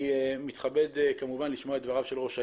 אני מתכבד כמובן לשמוע את דבריו של ראש העיר.